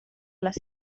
les